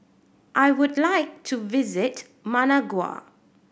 I would like to visit Managua